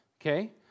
okay